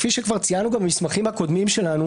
כפי שכבר ציינו במסמכים הקודמים שלנו,